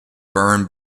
burned